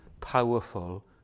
powerful